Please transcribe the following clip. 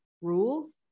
rules